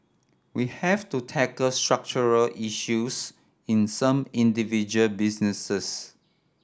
we have to tackle structural issues in some individual businesses